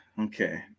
Okay